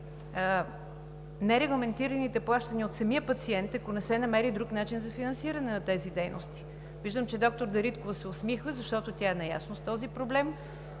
нерегламентираните плащания от самия пациент, ако не се намери друг начин за финансиране на тези дейности. Виждам, че доктор Дариткова се усмихва, защото тя е наясно с този проблем.